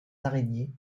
araignées